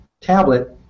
tablet